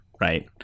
Right